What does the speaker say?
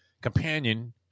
companion